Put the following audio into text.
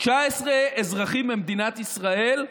19 אזרחים ממדינת ישראל,